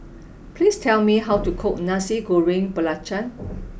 please tell me how to cook Nasi Goreng Belacan